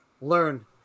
learn